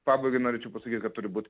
pabaigai norėčiau pasakyt kad turi būt